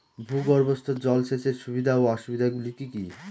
ভূগর্ভস্থ জল সেচের সুবিধা ও অসুবিধা গুলি কি কি?